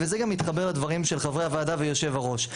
וזה גם מתחבר לדברים של חברי הוועדה ויושב הראש.